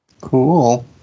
Cool